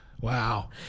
Wow